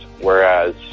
Whereas